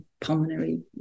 pulmonary